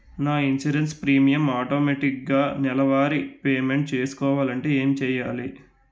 నా insurance premium automatic నెలవారి payment చేసుకోవాలంటే ఏంటి చేయాలి?